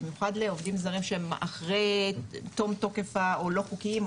במיוחד לעובדים זרים שהם אחרי תום תוקף או לא חוקיים,